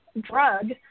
drug